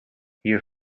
hier